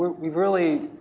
we've really,